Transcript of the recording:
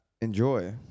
enjoy